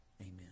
amen